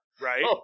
Right